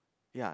ya